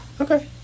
Okay